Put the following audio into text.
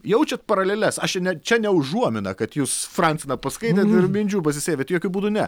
jaučiat paraleles aš čia net čia ne užuomina kad jūs franceną paskaitėt ir minčių pasisėmėt jokiu būdu ne